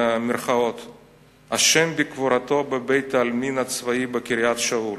"אשם" בקבורתו בבית-העלמין הצבאי בקריית-שאול.